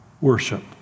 worship